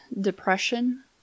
depression